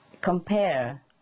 compare